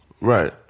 Right